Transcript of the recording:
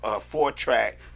four-track